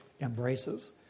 embraces